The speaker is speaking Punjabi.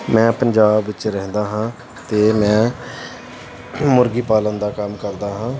ਮੈਂ ਪੰਜਾਬ 'ਚ ਰਹਿੰਦਾ ਹਾਂ ਅਤੇ ਮੈਂ ਮੁਰਗੀ ਪਾਲਣ ਦਾ ਕੰਮ ਕਰਦਾ ਹਾਂ